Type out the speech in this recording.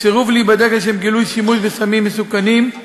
סירוב להיבדק לשם גילוי שימוש בסמים מסוכנים,